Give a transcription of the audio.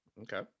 Okay